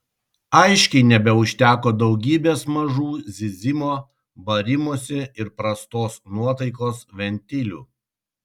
aiškiai nebeužteko daugybės mažų zyzimo barimosi ir prastos nuotaikos ventilių